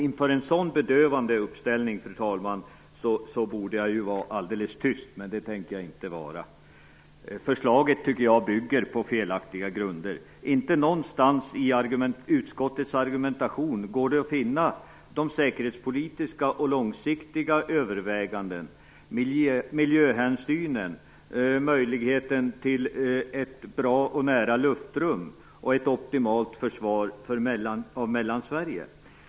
Inför en sådan bedövande uppställning, fru talman, borde jag ju vara alldeles tyst. Men det tänker jag inte vara. Jag tycker att förslaget bygger på felaktiga grunder. Inte någonstans i utskottets argumentation går det att finna säkerhetspolitiska och långsiktiga överväganden, miljöhänsyn eller möjlighet till ett bra och nära luftrum och ett optimalt försvar av Mellansverige.